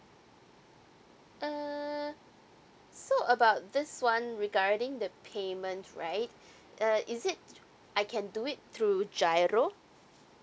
uh so about this one regarding the payment right uh is it I can do it through GIRO